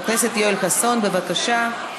חבר הכנסת יואל חסון, בבקשה.